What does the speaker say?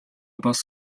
бас